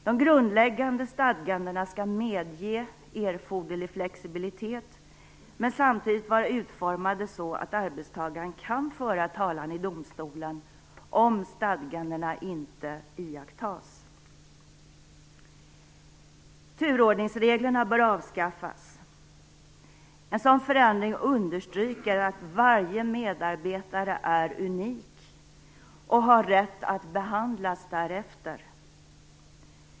De grundläggande stadgandena skall medge erforderlig flexibilitet men samtidigt vara utformade så att arbetstagaren kan föra talan i domstol om stadgandena inte iakttas. Turordningsreglerna bör avskaffas. En sådan förändring understryker att varje medarbetare är unik och har rätt att behandlas därefter.